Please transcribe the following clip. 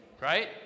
right